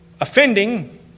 offending